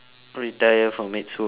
retire from it soon